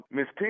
Miss